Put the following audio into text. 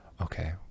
okay